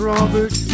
Robert